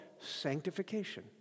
sanctification